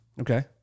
Okay